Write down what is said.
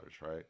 Right